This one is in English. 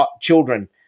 children